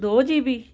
ਦੋ ਜੀਬੀ